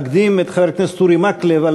אקדים את חבר הכנסת אורי מקלב,